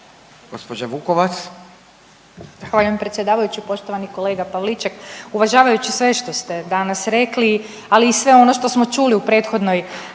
(Nezavisni)** Zahvaljujem predsjedavajući. Poštovani kolega Pavliček, uvažavajući sve što ste danas rekli, ali i sve ono što čuli u prethodnoj